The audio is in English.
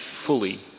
fully